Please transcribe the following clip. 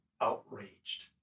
outraged